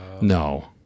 No